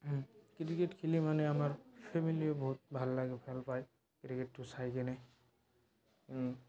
cricket খেলি মানে আমাৰ ফেমিলিয়ে বহুত ভাল লাগে ভাল পায় ক্ৰিকেটটো চাইকেনে